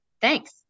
Thanks